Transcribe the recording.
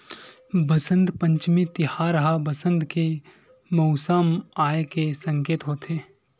बसंत पंचमी तिहार ह बसंत के मउसम आए के सकेत होथे